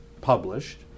published